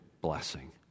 blessing